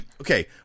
okay